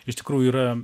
iš tikrųjų yra